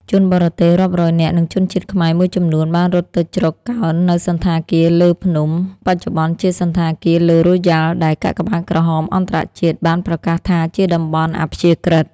ជនបរទេសរាប់រយនាក់ និងជនជាតិខ្មែរមួយចំនួនបានរត់ទៅជ្រកកោននៅសណ្ឋាគារឡឺភ្នំ បច្ចុប្បន្នជាសណ្ឋាគារឡឺរ៉ូយ៉ាល់ ដែលកាកបាទក្រហមអន្តរជាតិបានប្រកាសថាជាតំបន់អព្យាក្រឹត។